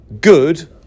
good